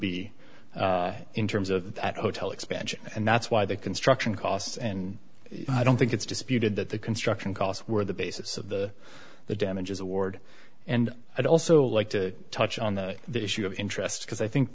be in terms of that hotel expansion and that's why the construction costs and i don't think it's disputed that the construction costs were the basis of the the damages award and i'd also like to touch on the issue of interest because i think